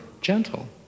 gentle